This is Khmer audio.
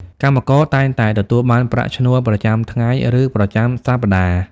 កម្មករតែងតែទទួលបានប្រាក់ឈ្នួលប្រចាំថ្ងៃឬប្រចាំសប្តាហ៍។